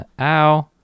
Ow